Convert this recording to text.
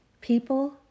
People